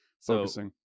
focusing